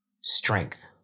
strength